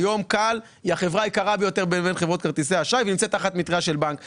שר האוצר החליט לאמץ את ההמלצות והודיע על זה לנגיד בנק ישראל,